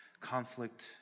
conflict